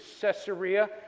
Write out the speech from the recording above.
Caesarea